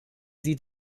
sieht